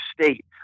state